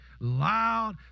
loud